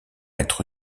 être